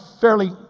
fairly